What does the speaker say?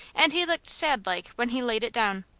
and he looked sad-like when he laid it down.